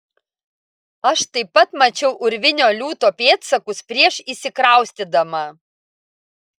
aš taip pat mačiau urvinio liūto pėdsakus prieš įsikraustydama